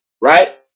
right